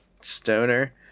stoner